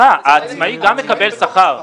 גם העצמאי מקבל שכר.